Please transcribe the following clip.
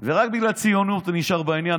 ורק בגלל ציונות נשאר בעניין.